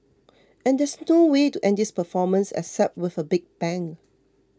and there's no way to end this performance except with a big bang